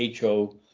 ho